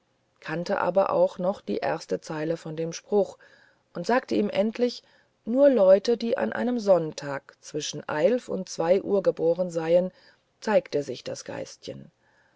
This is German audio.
kannte auch nur noch die erste zeile von dem spruch und sagte ihm endlich nur leuten die an einem sonntag zwischen eilf und zwei uhr geboren seien zeige sich das